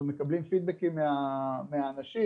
אנחנו מקבלים פידבקים מאנשים,